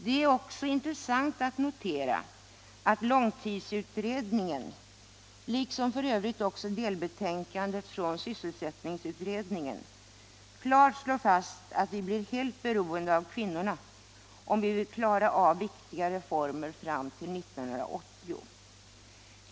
Det är också intressant att notera att långtidsutredningen, liksom f. ö. sysselsättningsutredningen i sitt delbetänkande, klart slår fast att vi blir helt beroende av kvinnorna om vi vill klara av viktiga reformer fram till 1980.